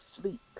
sleep